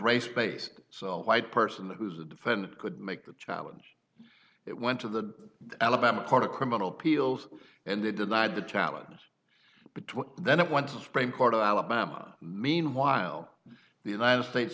race based so white person who's the defendant could make the challenge it went to the alabama part of criminal appeals and they denied the challenge then it went to the supreme court of alabama meanwhile the united states